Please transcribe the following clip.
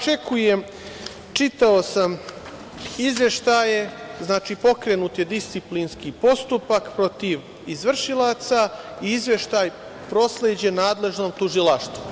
Čitao sam izveštaje, pokrenut je disciplinski postupak protiv izvršilaca i izveštaj prosleđen nadležnom tužilaštvu.